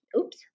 oops